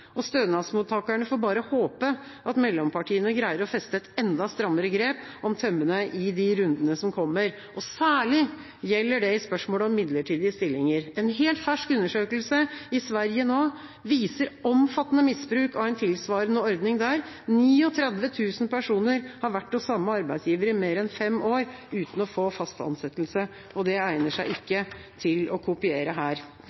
noe. Stønadsmottakerne får bare håpe at mellompartiene greier å feste et enda strammere grep om tømmene i de rundene som kommer, og særlig gjelder det i spørsmålet om midlertidige stillinger. En helt fersk undersøkelse fra Sverige viser omfattende misbruk av en tilsvarende ordning: 39 000 personer har vært hos samme arbeidsgiver i mer enn fem år uten å få fast ansettelse. Dette egner seg ikke til å kopiere her.